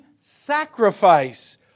sacrifice